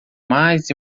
mais